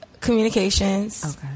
communications